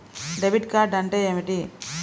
Debit card అంటే ఏమిటి?